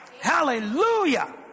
Hallelujah